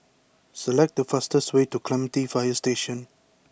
select the fastest way to Clementi Fire Station